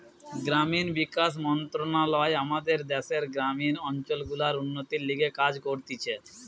গ্রামীণ বিকাশ মন্ত্রণালয় আমাদের দ্যাশের গ্রামীণ অঞ্চল গুলার উন্নতির লিগে কাজ করতিছে